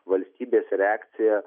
valstybės reakcija